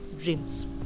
dreams